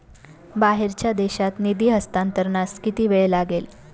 बाहेरच्या देशात निधी हस्तांतरणास किती वेळ लागेल?